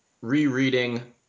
rereading